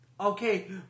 Okay